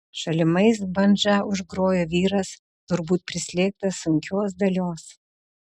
šalimais bandža užgrojo vyras turbūt prislėgtas sunkios dalios